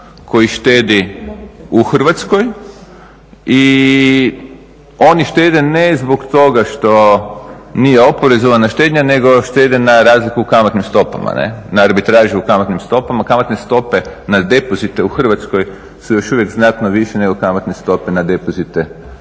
koji štedi u Hrvatskoj i oni štede ne zbog toga što nije oporezovana štednja, nego štednja na razliku u kamatnim stopama, na arbitražu u kamatnim stopama. Kamatne stope na depozite u Hrvatskoj su još uvijek znatno više nego kamatne stope na depozite